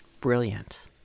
Brilliant